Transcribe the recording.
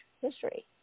history